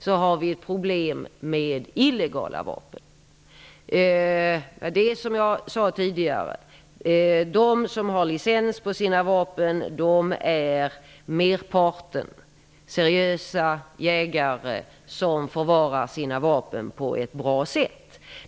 Som jag sade tidigare är merparten av dem som har licens seriösa jägare som förvarar sina vapen på ett bra sätt.